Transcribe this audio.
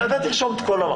אתה תרשום את כל המחלוקות.